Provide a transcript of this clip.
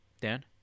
Dan